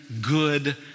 good